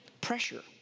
Pressure